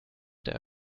der